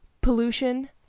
pollution